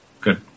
good